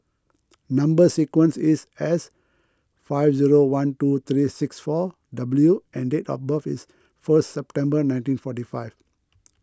Number Sequence is S five zero one two three six four W and date of birth is first September nineteen forty five